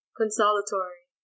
consolatory